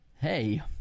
hey